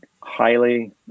highly